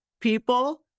people